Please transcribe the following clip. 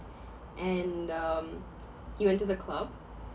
and um he went to the club